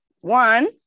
one